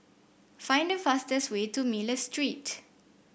find the fastest way to Miller Street